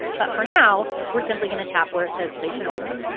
but for now, we're simply going to tap where it says place an order.